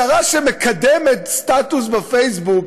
שרה שמקדמת סטטוס בפייסבוק,